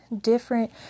different